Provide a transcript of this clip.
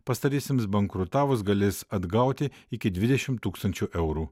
pastariesiems bankrutavus galės atgauti iki dvidešimt tūkstančių eurų